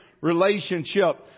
relationship